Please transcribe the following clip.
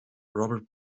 robert